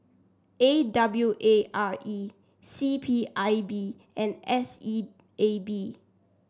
A W A R E C P I B and S E A B